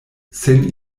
sen